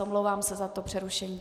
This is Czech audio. Omlouvám se za to přerušení.